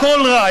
הכול רע.